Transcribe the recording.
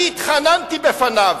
אני התחננתי בפניו,